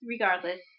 regardless